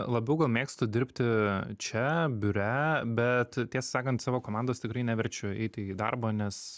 labiau gal mėgstu dirbti čia biure bet tiesą sakant savo komandos tikrai neverčiu eiti į darbą nes